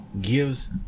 gives